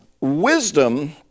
wisdom